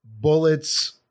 bullets